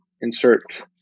insert